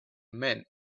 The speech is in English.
men